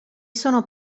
sono